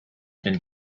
been